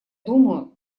думаю